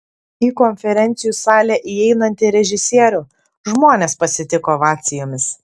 į konferencijų salę įeinantį režisierių žmonės pasitiko ovacijomis